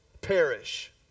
perish